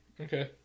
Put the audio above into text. okay